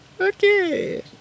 okay